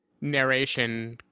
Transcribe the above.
narration